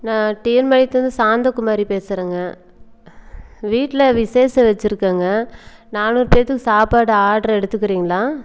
நான் டிஎன் பாளையத்துலேருந்து சாந்தகுமாரி பேசுகிறேங்க வீட்டில் விசேஷம் வெச்சுருக்கேங்க நானூறு பேர்த்துக்கு சாப்பாடு ஆட்ரு எடுத்துக்கிறிங்களா